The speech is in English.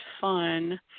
fun